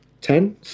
Ten